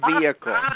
vehicle